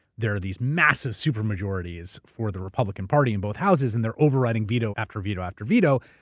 there are these massive super majorities for the republican party in both houses and they're overriding veto after veto after veto.